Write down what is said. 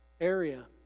area